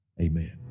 Amen